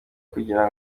kugira